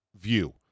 view